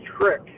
trick